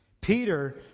Peter